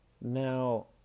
Now